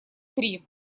три